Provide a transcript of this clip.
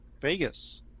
Vegas